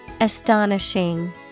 Astonishing